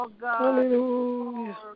Hallelujah